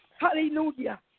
Hallelujah